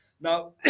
Now